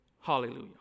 Hallelujah